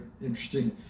interesting